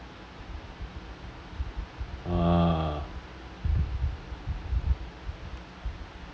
uh